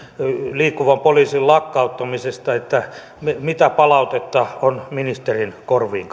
liikkuvan poliisin lakkauttamisesta mitä palautetta on ministerin korviin